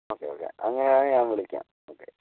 okay okay അങ്ങനെയാണെങ്കിൽ ഞാൻ വിളിക്കാം ഓക്കെ